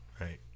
right